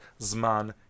Zman